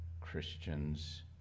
Christians